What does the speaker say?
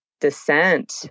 descent